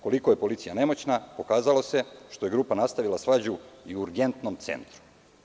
Koliko je policija nemoćna pokazalo se što je grupa nastavila svađu i Urgentnom centru.